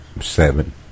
seven